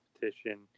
competition